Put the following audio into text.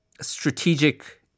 strategic